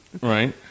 Right